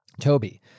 Toby